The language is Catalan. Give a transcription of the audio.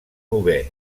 novè